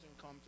come